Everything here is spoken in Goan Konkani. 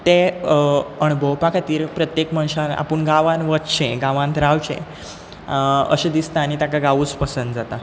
तें अणभोवपा खातीर प्रत्येक मनशान आपूण गांवांत वच्चें गांवांत रावचें अशें दिसता आनी ताका गांवूच पसंद जाता